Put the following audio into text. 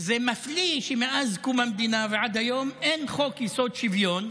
זה מפליא שמאז קום המדינה ועד היום אין חוק-יסוד: שוויון,